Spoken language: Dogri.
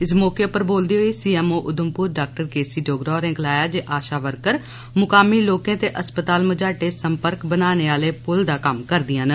इस मौके उप्पर बोलदे होई C M O Udhampur doctor K C Dogra होरें गलाया जे आशा वर्कर मुकामी लोकें ते अस्पताले मझाटे सम्पर्क बनाने आहले पुल दा कम्म करदियां न